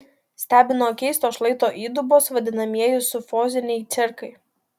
stebino keistos šlaito įdubos vadinamieji sufoziniai cirkai